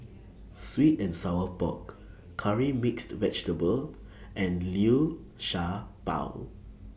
Sweet and Sour Pork Curry Mixed Vegetable and Liu Sha Bao